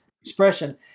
expression